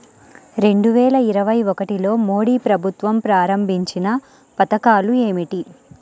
రెండు వేల ఇరవై ఒకటిలో మోడీ ప్రభుత్వం ప్రారంభించిన పథకాలు ఏమిటీ?